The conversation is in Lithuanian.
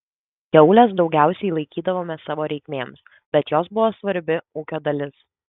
kiaules daugiausiai laikydavome savo reikmėms bet jos buvo svarbi ūkio dalis